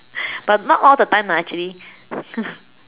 but not all the time lah actually